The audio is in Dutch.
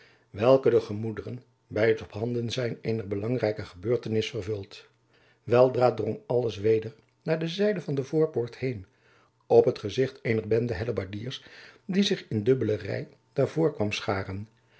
welke de gemoederen by het ophanden zijn eener belangrijke gebeurtenis vervult weldra drong alles weder naar de zijde van de voorpoort heen op het gezicht eener bende hellebardiers die zich in dubbelen ry daar voor kwam scharen